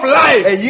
life